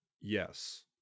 Yes